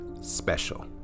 special